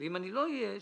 ואם אני לא אהיה,